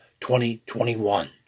2021